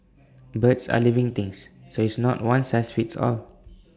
birds are living things so it's not one size fits all